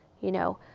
you know?